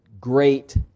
great